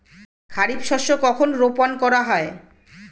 খারিফ শস্য কখন রোপন করা হয়?